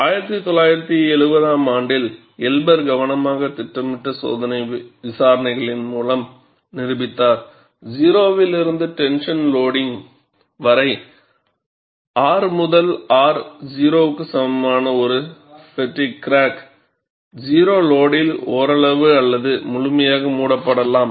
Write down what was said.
1970 ஆம் ஆண்டில் எல்பர் கவனமாக திட்டமிடப்பட்ட சோதனை விசாரணைகளின் மூலம் நிரூபித்தார் 0 விலிருந்து டென்சன் லோடிங்க் வரை R முதல் R 0 க்கு சமமான ஒரு பெட்டிக் கிராக் 0 லோடில் ஓரளவு அல்லது முழுமையாக மூடப்படலாம்